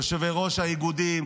יושבי-ראש האיגודים,